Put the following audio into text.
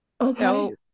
Okay